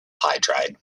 hydride